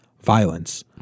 violence